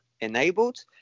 enabled